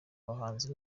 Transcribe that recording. abahanzi